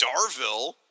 Darville